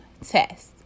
test